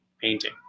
painting